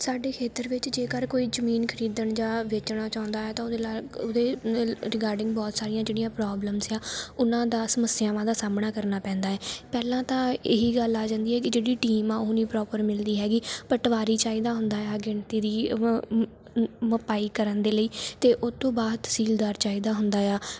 ਸਾਡੇ ਖੇਤਰ ਵਿੱਚ ਜੇਕਰ ਕੋਈ ਜਮੀਨ ਖਰੀਦਣ ਜਾਂ ਵੇਚਣਾ ਚਾਹੁੰਦਾ ਹੈ ਤਾਂ ਉਹਦੇ ਅਲੱਗ ਉਹਦੇ ਰਿਗਾਰਡਿੰਗ ਬਹੁਤ ਸਾਰੀਆਂ ਜਿਹੜੀਆਂ ਪ੍ਰੋਬਲਮ ਆ ਉਹਨਾਂ ਦਾ ਸਮੱਸਿਆਵਾਂ ਦਾ ਸਾਹਮਣਾ ਕਰਨਾ ਪੈਂਦਾ ਹੈ ਪਹਿਲਾਂ ਤਾਂ ਇਹ ਹੀ ਗੱਲ ਆ ਜਾਂਦੀ ਹੈ ਕਿ ਜਿਹੜੀ ਟੀਮ ਹੈ ਉਹ ਨਹੀਂ ਪ੍ਰੋਪਰ ਮਿਲਦੀ ਹੈਗੀ ਪਟਵਾਰੀ ਚਾਹੀਦਾ ਹੁੰਦਾ ਆ ਗਿਣਤੀ ਦੀ ਵਪਾਈ ਕਰਨ ਦੇ ਲਈ ਅਤੇ ਉਹ ਤੋਂ ਬਾਅਦ ਤਹਿਸੀਲਦਾਰ ਚਾਹੀਦਾ ਹੁੰਦਾ ਹੈ